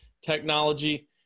technology